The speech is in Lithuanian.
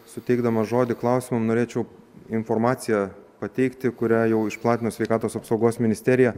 suteikdamas žodį klausimam norėčiau informaciją pateikti kurią jau išplatino sveikatos apsaugos ministerija